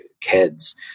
kids